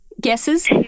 guesses